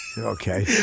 okay